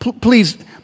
Please